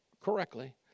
correctly